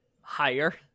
higher